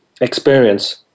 experience